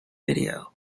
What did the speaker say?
video